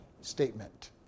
statement